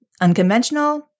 Unconventional